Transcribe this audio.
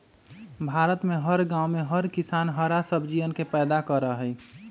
भारत में हर गांव में हर किसान हरा सब्जियन के पैदा करा हई